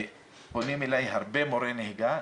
פונים אליי הרבה מורי נהיגה.